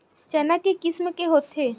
चना के किसम के होथे?